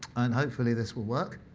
and hopefully this will work.